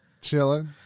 chilling